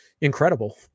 incredible